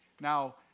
Now